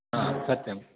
हा सत्यम्